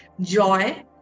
Joy